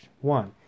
one